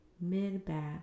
mid-back